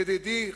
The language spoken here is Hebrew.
ידידי